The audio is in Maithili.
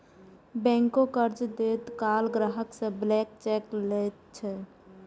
बैंको कर्ज दैत काल ग्राहक सं ब्लैंक चेक लैत छै